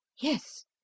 Yes